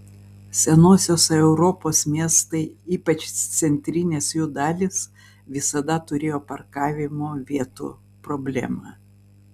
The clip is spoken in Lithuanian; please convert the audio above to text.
senosios europos miestai ypač centrinės jų dalys visada turėjo parkavimo vietų problemą